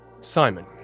Simon